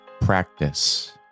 Practice